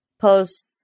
posts